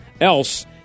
else